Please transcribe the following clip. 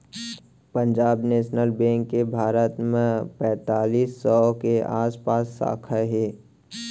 Punjab National Bank के भारत म पैतालीस सौ के आसपास साखा हे